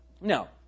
No